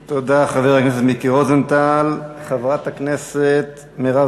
תודה, חבר הכנסת מיקי רוזנטל.